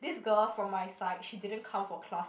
this girl from my side she didn't come for class